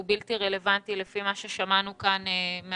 והוא בלתי-רלוונטי, לפי מה ששמענו כאן וממה